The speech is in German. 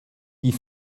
die